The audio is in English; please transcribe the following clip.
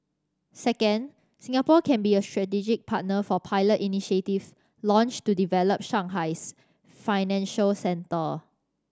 second Singapore can be a strategic partner for pilot initiatives launched to develop Shanghai's financial centre